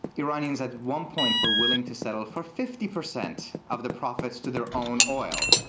iranians, at one point, were willing to settle for fifty percent of the profits to their own oil.